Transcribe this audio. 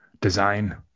design